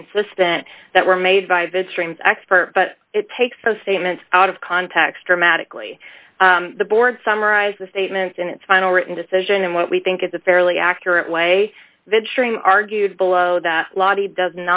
consistent that were made by vitrines expert but it takes those statements out of context dramatically the board summarized the statements in its final written decision and what we think is a fairly accurate way venturing argued below that law does